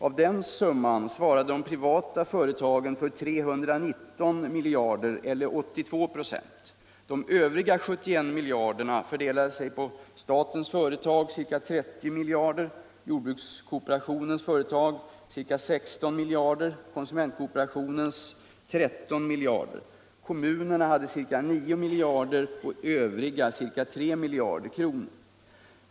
Av den summan svarade de privata företagen för 319 miljarder eller 82 26. De övriga 71 miljarderna fördelades på statens företag, ca 30 miljarder. jordbrukskooperationens företag, ca 16 miljarder, konsumentkooperationens företag. ca 13 miljarder, kommunerna. ca 9 miljarder, och övriga, ca 3 miljarder kronor.